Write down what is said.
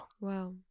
Wow